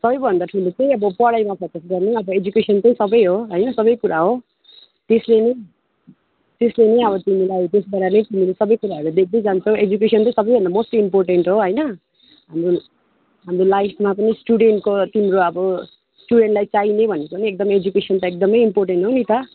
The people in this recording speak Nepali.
सबैभन्दा ठुलो चाहिँ अब पढाइमा फोकस गर्नु अब एजुकेसन चाहिँ सबै हो है सबै कुरा हो त्यसले नै त्यसले नै अब तिमीलाई त्यसबाट नै तिमीले सबै कुराहरू देख्दै जान्छौ एजुकेसन चाहिँ सबैभन्दा मोस्ट इम्पोर्टेन्ट हो होइन हाम्रो हाम्रो लाइफमा पनि स्टुडेन्टको तिम्रो अब स्टुडेन्टलाई चाहिने भनेको नै एकदम एजुकेसन त एकदमै इम्पोर्टेन्ट हो नि त